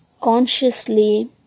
consciously